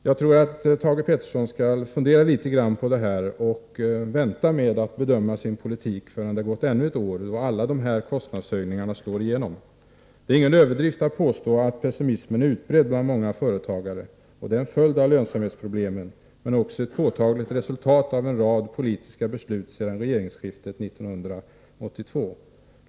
Jagtror att Thage Peterson skall fundera litet grand på detta och vänta med att bedöma sin politik till dess det gått ännu ett år och alla de här kostnadshöjningarna slår igenom. Det är ingen överdrift att påstå att pessimismen är utbredd bland många företagare. Det är en följd av lönsamhetsproblemen men också ett påtagligt resultat av en rad politiska beslut sedan 1982.